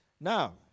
Now